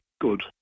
good